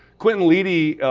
quentin leighty